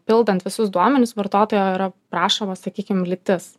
pildant visus duomenis vartotojo yra prašoma sakykim lytis